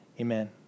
Amen